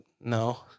no